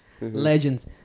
Legends